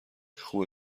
خوبه